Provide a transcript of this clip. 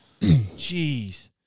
jeez